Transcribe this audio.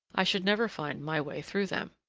i should never find my way through them.